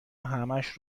همش